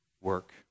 work